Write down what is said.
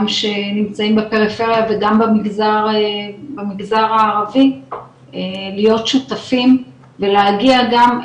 שנמצאים בפריפריה וגם במגזר הערבי להיות שותפים ולהגיע גם,